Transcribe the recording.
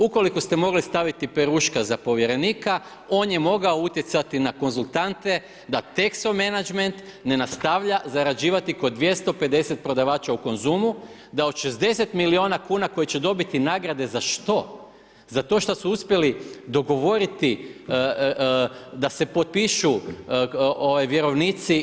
Ukoliko ste mogli staviti Peruška za povjerenika on je mogao utjecati na konzultante da Texo Managment ne nastavlja zarađivati kao 250 prodavača u Konzumu, da od 60 milijuna kuna koje će dobiti nagrade za što, za to što su uspjeli dogovoriti da se potpišu vjerovnici?